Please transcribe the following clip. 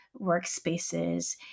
workspaces